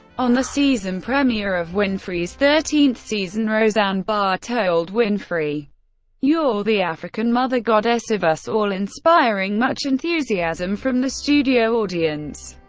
on the season premier of winfrey's thirteenth season, roseanne barr told winfrey you're the african mother goddess of us all inspiring much enthusiasm from the studio audience.